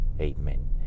Amen